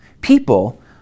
People